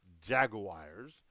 Jaguars